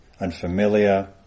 unfamiliar